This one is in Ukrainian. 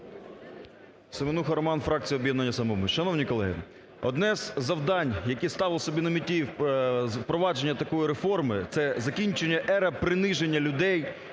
Семенуха Роман, фракція об'єднання "Самопоміч". Шановні колеги, одне з завдань, яке ставило собі на меті з впровадження такої реформи, – це закінчення ери приниження людей,